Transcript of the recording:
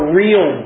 real